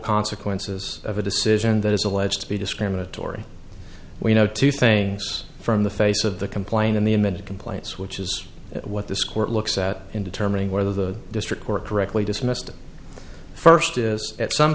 consequences of a decision that is alleged to be discriminatory we know two things from the face of the complaint in the image complaints which is what this court looks at in determining whether the district court correctly dismissed them first is at some